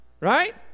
Right